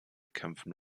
kämpfen